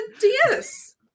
DS